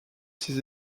ses